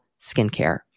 skincare